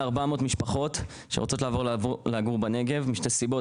400 משפחות שרוצות לעבור לגור בנגב משתי סיבות,